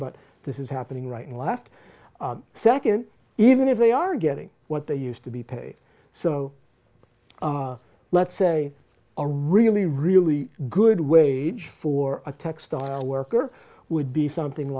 but this is happening right in the last second even if they are getting what they used to be paid so let's say are really really good wage for a textile worker would be something